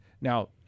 now